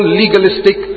legalistic